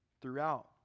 throughout